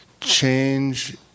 change